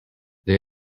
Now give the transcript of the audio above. they